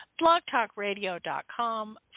blogtalkradio.com